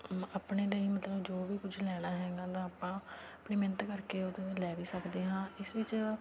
ਆਪਣੇ ਲਈ ਮਤਲਬ ਜੋ ਵੀ ਕੁਝ ਲੈਣਾ ਹੈਗਾ ਤਾਂ ਆਪਾਂ ਆਪਣੀ ਮਿਹਨਤ ਕਰਕੇ ਲੈ ਵੀ ਸਕਦੇ ਹਾਂ ਇਸ ਵਿੱਚ